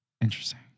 Interesting